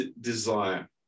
desire